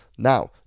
Now